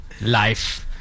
life